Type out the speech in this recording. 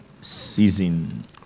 season